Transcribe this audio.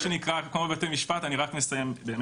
כמו בבתי משפט, אני מסיים.